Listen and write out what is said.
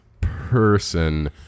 person